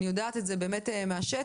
אני יודעת את זה מן השטח.